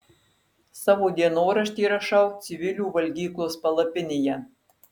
savo dienoraštį rašau civilių valgyklos palapinėje